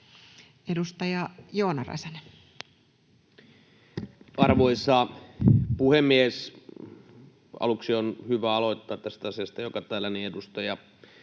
17:46 Content: Arvoisa puhemies! Aluksi on hyvä aloittaa tästä asiasta, joka täällä niin edustaja